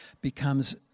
becomes